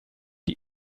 die